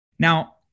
Now